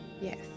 Yes